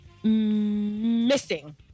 Missing